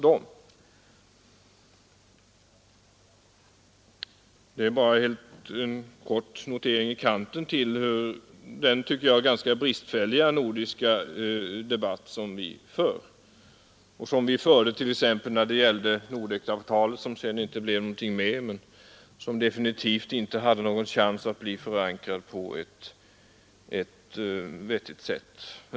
Detta är bara en notering i kanten kring vår ganska bristfälliga nordiska debatt. Ett exempel var Nordekavtalet, som det sedan inte blev någonting av men som inte heller hade chans att bli förankrat hos allmänheten.